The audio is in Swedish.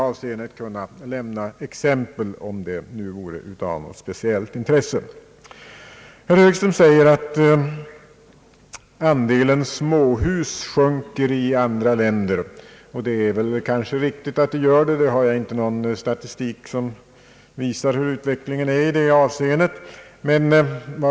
Herr Högström sade att antalet småhus sjunker i andra länder. Det är kanske riktigt — jag har ingen statistik som visar utvecklingen i det avseendet.